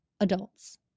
adults